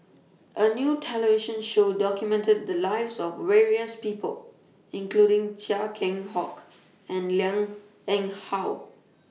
A New television Show documented The Lives of various People including Chia Keng Hock and Liang Eng How